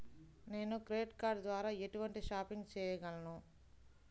నేను credit card ద్వార ఎటువంటి షాపింగ్ చెయ్యగలను?